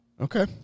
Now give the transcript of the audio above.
Okay